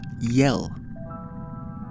yell